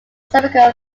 cervical